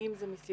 אם זה מסיבות